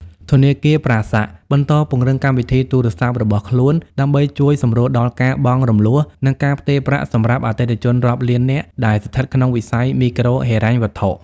ធនាគារ ប្រាសាក់ (Prasac) បន្តពង្រឹងកម្មវិធីទូរស័ព្ទរបស់ខ្លួន ដើម្បីជួយសម្រួលដល់ការបង់រំលស់ និងការផ្ទេរប្រាក់សម្រាប់អតិថិជនរាប់លាននាក់ដែលស្ថិតក្នុងវិស័យមីក្រូហិរញ្ញវត្ថុ។